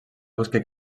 busca